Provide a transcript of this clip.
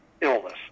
illness